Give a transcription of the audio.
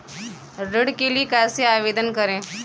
ऋण के लिए कैसे आवेदन करें?